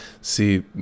See